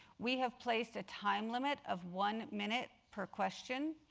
we have placed a time limit of one minute per question.